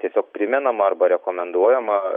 tiesiog primenama arba rekomenduojama